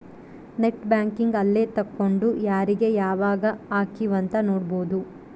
net banking ಅಲ್ಲೆ ತೆಕ್ಕೊಂಡು ಯಾರೀಗ ಯಾವಾಗ ಹಕಿವ್ ಅಂತ ನೋಡ್ಬೊದು